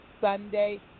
Sunday